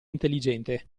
intelligente